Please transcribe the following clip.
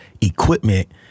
equipment